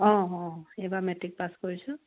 অঁ অঁ এইবাৰ মেট্ৰিক পাছ কৰিছোঁ